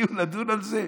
בדיון על זה.